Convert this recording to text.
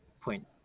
point